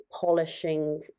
polishing